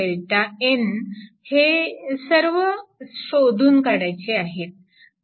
Δn हे सर्व शोधून काढायचे आहेत